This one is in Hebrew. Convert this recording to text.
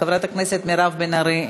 חברת הכנסת מירב בן ארי,